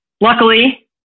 luckily